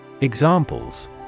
Examples